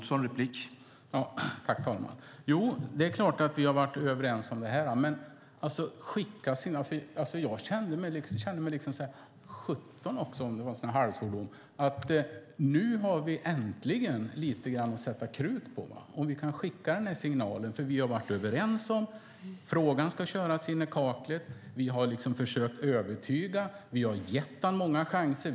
Herr talman! Det är klart att vi har varit överens om det här. Men jag känner så här: Nu kan vi skicka den här signalen. Vi har varit överens om att frågan ska köras in i kaklet. Vi har försökt övertyga kommissionären, och vi har gett honom många chanser.